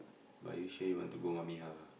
but you sure you want to go mummy house ah